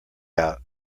out